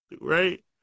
right